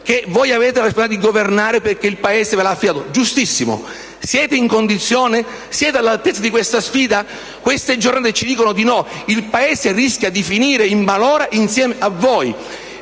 che voi avete la responsabilità di governare perché è il Paese ad avervela affidata; giustissimo. Siete in condizione? Siete all'altezza di questa sfida? Queste giornate ci dicono di no. Il Paese rischia di finire in malora insieme a voi.